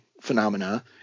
phenomena